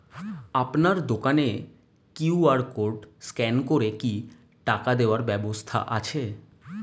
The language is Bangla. আপনার দোকানে কিউ.আর কোড স্ক্যান করে কি টাকা দেওয়ার ব্যবস্থা আছে?